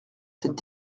cette